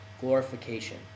glorification